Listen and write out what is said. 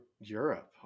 europe